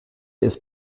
ist